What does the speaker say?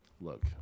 Look